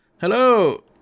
Hello